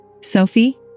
Sophie